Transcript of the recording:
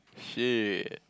shit